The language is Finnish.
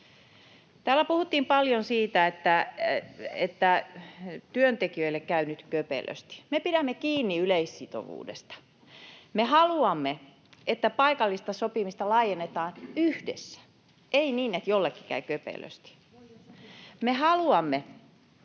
Täällä puhuttiin paljon siitä, että työntekijöille käy nyt köpelösti. Me pidämme kiinni yleissitovuudesta. Me haluamme, että paikallista sopimista laajennetaan yhdessä, ei niin, että jollekin käy köpelösti. [Aino-Kaisa